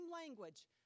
language